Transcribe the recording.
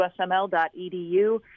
usml.edu